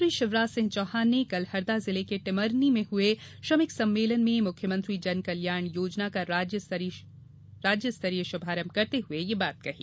मुख्यमंत्री शिवराज सिंह चौहान ने कल हरदा जिले के टिमरनी में हुए श्रमिक सम्मेलन में मुख्यमंत्री जन कल्याण योजना का राज्य स्तरीय शुभारंभ करते हुए ये बात कही